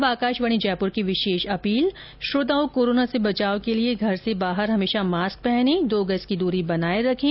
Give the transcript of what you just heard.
और अब आकाशवाणी जयपुर के समाचार विभाग की विशेष अपील श्रोताओं कोरोना से बचाव के लिए घर से बाहर हमेशा मास्क पहनें और दो गज की दूरी बनाए रखें